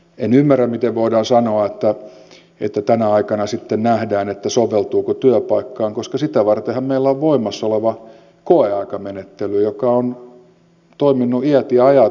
en ymmärrä miten voidaan sanoa että tänä aikana sitten nähdään sopeutuuko työpaikkaan koska sitä vartenhan meillä on voimassa oleva koeaikamenettely joka on toiminut iät ja ajat